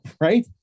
Right